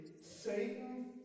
Satan